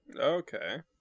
Okay